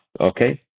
okay